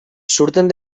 surten